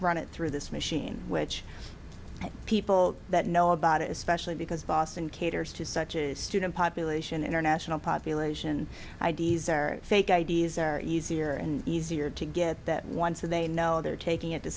run it through this machine which people that know about it especially because boston caters to such a student population international population i d s or fake i d s are easier and easier to get that once they know their taking it to